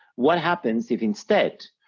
what happens if instead,